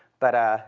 but